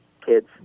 kids